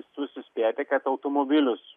visus įspėti kad automobilius